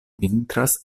vintras